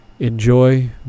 enjoy